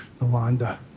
Nalanda